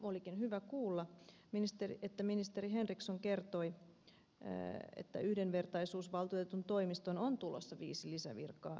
olikin hyvä kuulla kun ministeri henriksson kertoi että yhdenvertaisuusvaltuutetun toimistoon on tulossa viisi lisävirkaa